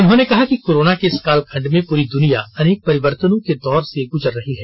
उन्होंने कहा कि कोरोना के इस कालखंड में पुरी दुनिया अनेक परिवर्तनों के दौर से गुजर रही है